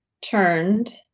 turned